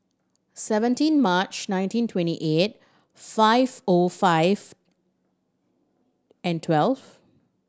seventeen March nineteen twenty eight five O five and twelve